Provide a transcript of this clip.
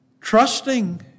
Trusting